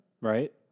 right